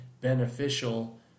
beneficial